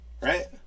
Right